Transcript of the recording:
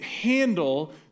handle